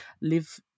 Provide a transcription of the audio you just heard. live